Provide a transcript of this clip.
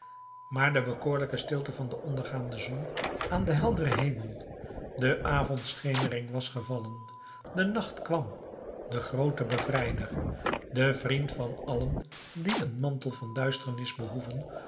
maar de bekoorlijke stilte van de ondergegane zon aan den helderen hemel de avondschemering was gevallen de nacht kwam de groote bevrijder de vriend van allen die een mantel van duisternis behoeven